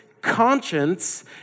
conscience